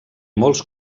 molts